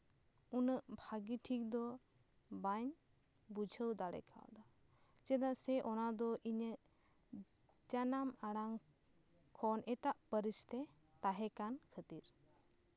ᱩᱱᱟᱹᱜ ᱵᱷᱟᱜᱤ ᱴᱷᱤᱠ ᱫᱚ ᱵᱟᱹᱧ ᱵᱩᱡᱷᱟᱹᱣ ᱫᱟᱲᱮ ᱠᱟᱣᱫᱟ ᱪᱮᱫᱟᱜ ᱥᱮ ᱚᱱᱟ ᱫᱚ ᱤᱧᱟᱹᱜ ᱡᱟᱱᱟᱢ ᱟᱲᱟᱝ ᱠᱷᱚᱱ ᱮᱴᱟᱜ ᱯᱟᱹᱨᱤᱥ ᱛᱮ ᱛᱟᱸᱦᱮ ᱠᱟᱱ ᱠᱷᱟᱹᱛᱤᱨ